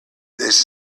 this